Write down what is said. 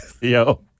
Yo